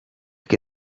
che